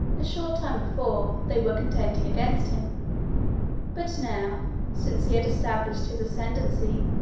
a short time before, they were contending against him but now, since he had established his ascendency,